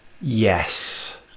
yes